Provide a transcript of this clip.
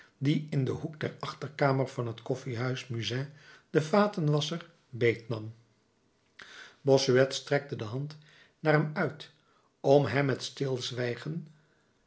die in den hoek der achterkamer van het koffiehuis musain de vatenwaschster beet nam bossuet strekte de hand naar hem uit om hem het stilzwijgen